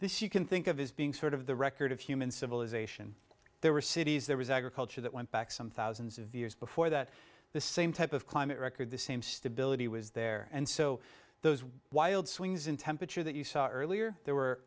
this you can think of his being sort of the record of human civilization there were cities there was agriculture that went back some thousands of years before that the same type of climate record the same stability was there and so those wild swings in temperature that you saw earlier there were